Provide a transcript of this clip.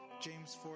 James